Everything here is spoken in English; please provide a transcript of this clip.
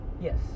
Yes